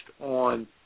on